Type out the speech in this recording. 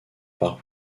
par